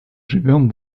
живем